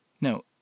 now